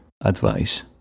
advice